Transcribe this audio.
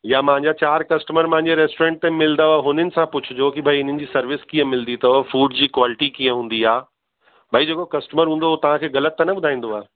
या मुंहिंजा चारि कस्टमर मुंहिंजे रेस्टोरेंट ते मिलदव हुननि सां पुछिजो की भई हिननि जी सर्विस कीअं मिलंदी अथव फ़ूड जी क्वालिटी कीअं हूंदी आहे भई जेको कस्टमर हूंदो हो तव्हांखे ग़लति त न ॿुधाईंदो आहे